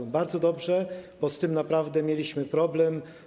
I bardzo dobrze, bo z tym naprawdę mieliśmy problem.